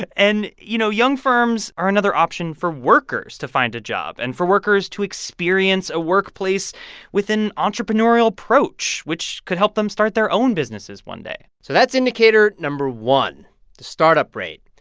but and, you know, young firms are another option for workers to find a job and for workers to experience a workplace with an entrepreneurial approach, which could help them start their own businesses one day so that's indicator no. one the startup rate.